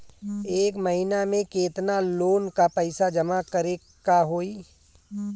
एक महिना मे केतना लोन क पईसा जमा करे क होइ?